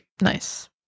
nice